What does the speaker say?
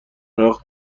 وقت